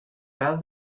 pèl